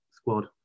squad